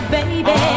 Baby